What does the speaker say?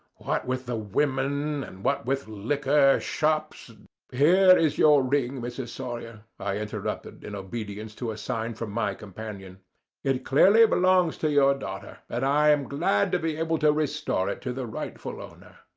what with the women and what with liquor shops here is your ring, mrs. sawyer, i interrupted, in obedience to a sign from my companion it clearly belongs to your daughter, and i am glad to be able to restore it to the rightful owner.